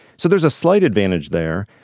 so there's a slight advantage there.